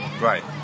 Right